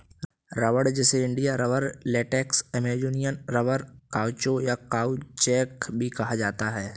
रबड़, जिसे India rubber, latex, Amazonian rubber, caucho, या काउचौक भी कहा जाता है